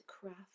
craft